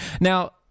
Now